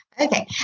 Okay